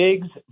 Biggs